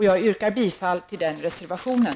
Jag yrkar bifall till den reservationen.